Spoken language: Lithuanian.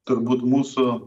turbūt mūsų